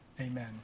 amen